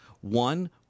One